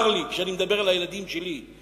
צר לי שאני מדבר על הילדים שלי,